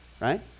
right